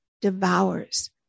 devours